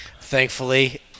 Thankfully